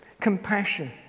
compassion